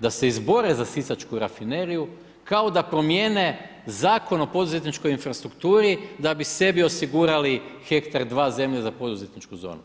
da se izbore za sisačku rafineriju kao da promjene Zakon o poduzetničkoj infrastrukturi da bi sebi osigurali hektar, dva zemlje za poduzetničku zonu.